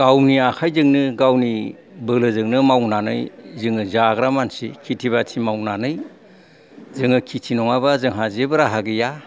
गावनि आखायजोंनो गावनि बोलोजोंनो जोङो जाग्रा मानसि खेथि बाथि मावनानै जोङो खेथि नङाबा जोंहा जेबो राहा गैया